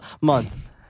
month